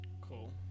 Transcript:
Cool